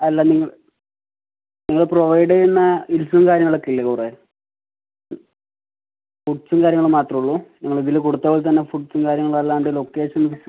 അല്ല നിങ്ങൾ നിങ്ങൾ പ്രൊവൈഡ് ചെയ്യുന്ന ഹിൽസും കാര്യങ്ങളൊക്കെയില്ലേ കുറേ ഫുഡ്ഡ്സും കാര്യങ്ങളും മാത്രമേ ഉള്ളൂ നിങ്ങളിതിൽ കൊടുത്തപോലത്തന്നെ ഫുഡ്ഡ്സും കാര്യങ്ങളും അല്ലാണ്ട് ലൊക്കേഷൻ